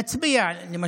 להצביע בעד,